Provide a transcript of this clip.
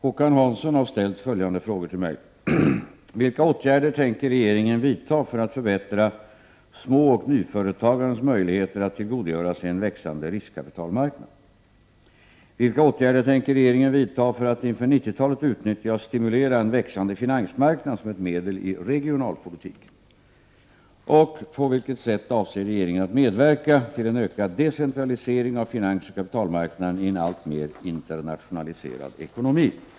Fru talman! Håkan Hansson har ställt följande frågor till mig. av finansoch kapitalmarknaden i en alltmer internationaliserad ekonomi?